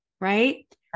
right